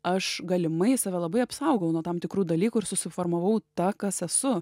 aš galimai save labai apsaugau nuo tam tikrų dalykų ir susiformavau ta kas esu